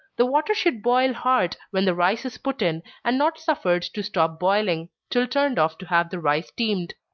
the water should boil hard when the rice is put in, and not suffered to stop boiling, till turned off to have the rice steamed.